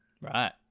Right